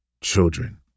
children